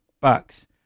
bucks